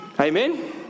Amen